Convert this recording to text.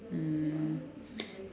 mm